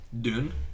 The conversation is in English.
Dune